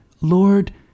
Lord